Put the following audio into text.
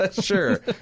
Sure